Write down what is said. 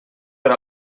per